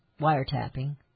wiretapping